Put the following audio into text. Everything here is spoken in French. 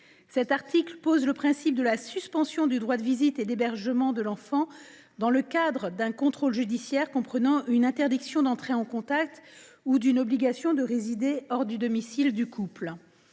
Cet article pose le principe de la suspension du droit de visite et d’hébergement de l’enfant dans le cadre d’un contrôle judiciaire comprenant une interdiction d’entrer en contact ou d’une obligation de résider hors du domicile du couple.